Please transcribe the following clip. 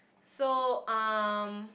so um